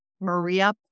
Maria